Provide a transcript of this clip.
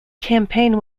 campaign